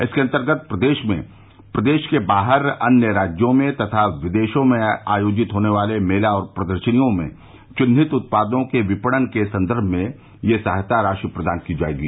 इसके अन्तर्गत प्रदेश में प्रदेश के बाहर अन्य राज्यों में तथा विदेशों में आयोजित होने वाले मेला और प्रदर्शनियों में चिहिन्त उत्पादों के विपणन के सन्दर्भ में यह सहायता राशि प्रदान की जायेगी